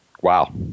Wow